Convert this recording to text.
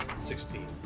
Sixteen